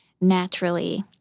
naturally